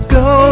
go